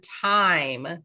time